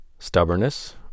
Stubbornness